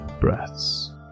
breaths